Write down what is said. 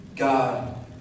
God